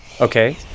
Okay